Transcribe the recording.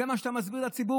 זה מה שאתה מסביר לציבור,